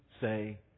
say